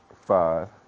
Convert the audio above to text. five